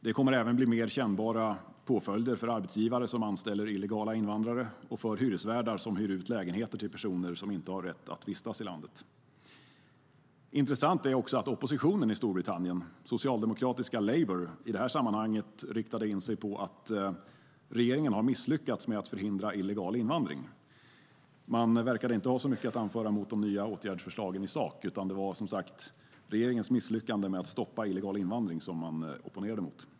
Det kommer även att bli mer kännbara påföljder för arbetsgivare som anställer illegala invandrare och för hyresvärdar som hyr ut lägenheter till personer som inte har rätt att vistas i landet. Intressant är också att oppositionen i Storbritannien, socialdemokratiska Labour, i det här sammanhanget riktade in sig på att regeringen har misslyckats med att förhindra illegal invandring. Man verkade inte ha mycket att anföra emot de nya åtgärdsförslagen i sak, utan det var som sagt regeringens misslyckande med att stoppa illegal invandring man opponerade sig mot.